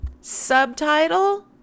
subtitle